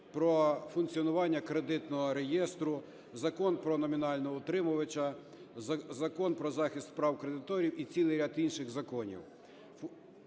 про функціонування кредитного реєстру, Закон про номінального утримувача, Закон про захист прав кредиторів і цілий ряд інших законів.